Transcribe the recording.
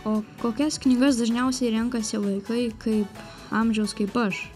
o kokias knygas dažniausiai renkasi vaikai kaip amžiaus kaip aš